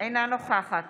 אינה נוכחת